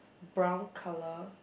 brown colour